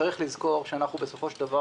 צריך לזכור שאנחנו בסופו של דבר